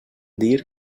dir